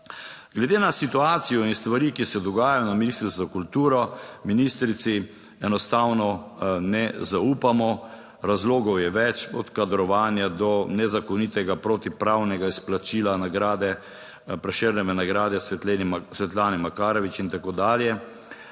Glede na situacijo in stvari, ki se dogajajo na ministrstvu za kulturo, ministrici enostavno ne zaupamo. Razlogov je več, od kadrovanja, do nezakonitega protipravnega izplačila nagrade, Prešernove nagrade Svetlane Makarovič, in tako dalje,